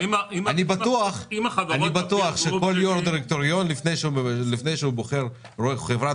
אני בטוח שכל יו"ר דירקטוריון לפני שהוא בוחר חברת